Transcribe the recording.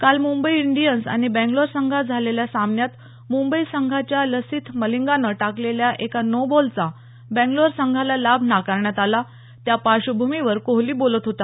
काल मुंबई इंडियन्स आणि बेंगलोर संघात झालेल्या सामन्यात मुंबई संघाच्या लसिथ मलिंगानं टाकलेल्या एका नो बॉलचा बेंगलोर संघाला लाभ नाकारण्यात आला त्या पार्श्वभूमीवर कोहली बोलत होता